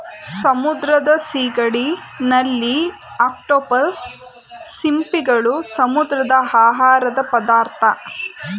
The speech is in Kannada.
ಸಮುದ್ರದ ಸಿಗಡಿ, ನಳ್ಳಿ, ಅಕ್ಟೋಪಸ್, ಸಿಂಪಿಗಳು, ಸಮುದ್ರದ ಆಹಾರದ ಪದಾರ್ಥ